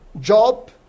Job